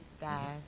guys